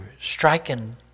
striking